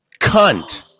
Cunt